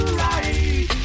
right